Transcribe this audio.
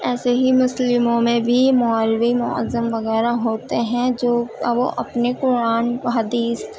ایسے ہی مسلموں میں بھی مولوی معظم وغیرہ ہوتے ہیں جو یا وہ اپنے قرآن حدیث